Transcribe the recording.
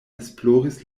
esploris